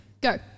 Go